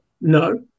no